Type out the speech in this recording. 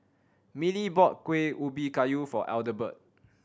Millie bought Kuih Ubi Kayu for Adelbert